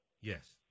yes